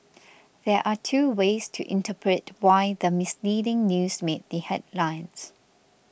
there are two ways to interpret why the misleading news made the headlines